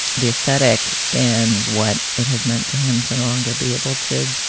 the aesthetic and what it has meant to him to no longer be able to